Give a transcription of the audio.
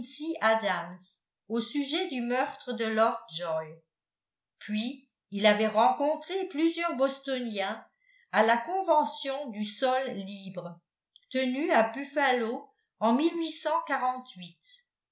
adams au sujet du meurtre de lovejoy puis il avait rencontré plusieurs bostoniens à la convention du sol libre tenue à buffalo en